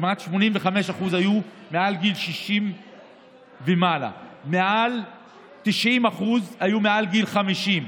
כמעט 85% היו מעל גיל 60. מעל 90% היו מעל גיל 50,